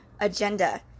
agenda